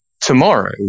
tomorrow